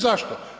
Zašto?